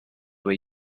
were